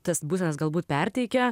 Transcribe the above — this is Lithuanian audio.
tas būsenas galbūt perteikia